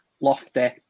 Lofty